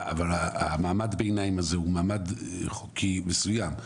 אבל מעמד הביניים הזה הוא מעמד חוקי מסוים,